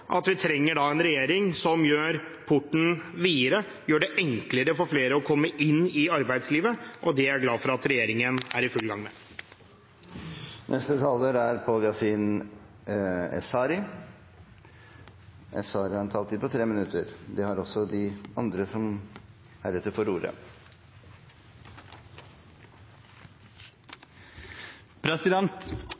at vi trenger en regjering som gjør porten videre, gjør det enklere for flere å komme inn i arbeidslivet. Det er jeg glad for at regjeringen er i full gang med. Det er få ting som er vakrere enn ungdommens energi, pågangsmot og optimisme. På samme måte er det få ting som er mer vemodig enn når de